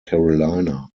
carolina